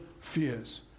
fears